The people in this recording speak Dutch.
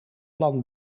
plan